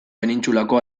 penintsulako